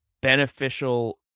beneficial